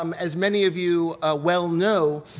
um as many of you ah well know,